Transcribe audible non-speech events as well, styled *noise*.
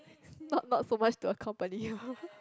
not not so much to accompany her *laughs*